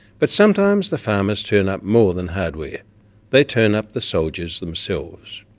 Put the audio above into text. but sometimes the farmers turn up more than hardware they turn up the soldiers themselves.